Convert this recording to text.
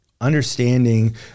understanding